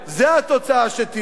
זאת התוצאה שתהיה.